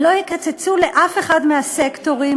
הם לא יקצצו לאף אחד מהסקטורים,